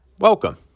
Welcome